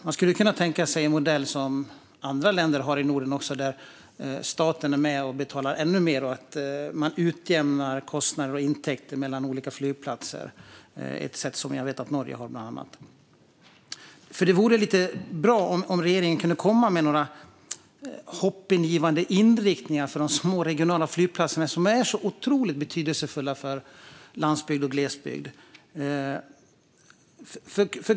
Man skulle kunna tänka sig en modell som andra länder i Norden har, där staten betalar ännu mer och utjämnar kostnader och intäkter mellan olika flygplatser. Så är det bland annat i Norge. Det vore bra om regeringen kunde komma med några hoppingivande inriktningar för de små regionala flygplatserna, som är så betydelsefulla för landsbygd och glesbygd.